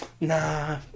Nah